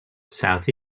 south